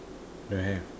don't have